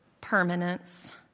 permanence